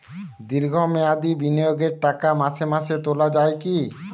দীর্ঘ মেয়াদি বিনিয়োগের টাকা মাসে মাসে তোলা যায় কি?